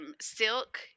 silk